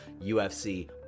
UFC